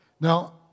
Now